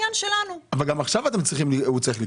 גם עכשיו הוא צריך לקרוא.